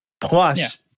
plus